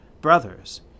Brothers